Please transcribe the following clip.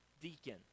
deacon